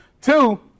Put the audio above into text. Two